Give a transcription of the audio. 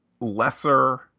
Lesser